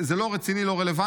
זה לא רציני ולא רלוונטי.